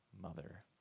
mother